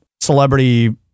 celebrity